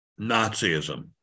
Nazism